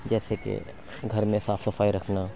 جیسے کہ گھر میں صاف صفائی رکھنا